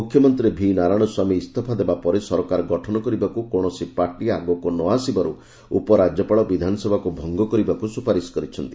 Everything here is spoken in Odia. ମୁଖ୍ୟମନ୍ତ୍ରୀ ଭି ନାରାୟଣ ସ୍ୱାମୀ ଇସ୍ତଫା ଦେବା ପରେ ସରକାର ଗଠନ କରିବାକୁ କୌଣସି ପାର୍ଟି ଆଗକୁ ନ ଆସିବାରୁ ଉପରାଜ୍ୟପାଳ ବିଧାନସଭାକୁ ଭଙ୍ଗ କରିବାକୁ ସୁପାରିଶ କରିଛନ୍ତି